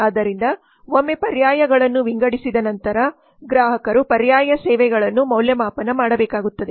ಆದ್ದರಿಂದ ಒಮ್ಮೆ ಪರ್ಯಾಯಗಳನ್ನು ವಿಂಗಡಿಸಿದ ನಂತರ ಗ್ರಾಹಕರು ಪರ್ಯಾಯ ಸೇವೆಗಳನ್ನು ಮೌಲ್ಯಮಾಪನ ಮಾಡಬೇಕಾಗುತ್ತದೆ